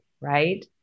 Right